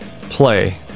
play